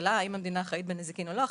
השאלה האם המדינה אחראית בנזיקין או לא,